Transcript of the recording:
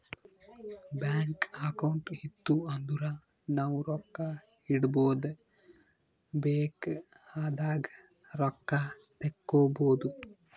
bank account ಇತ್ತು ಅಂದುರ್ ನಾವು ರೊಕ್ಕಾ ಇಡ್ಬೋದ್ ಬೇಕ್ ಆದಾಗ್ ರೊಕ್ಕಾ ತೇಕ್ಕೋಬೋದು